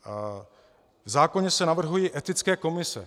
V zákoně se navrhují etické komise.